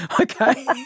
Okay